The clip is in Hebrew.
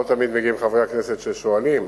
לא תמיד מגיעים חברי הכנסת ששואלים,